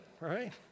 right